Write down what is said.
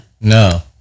No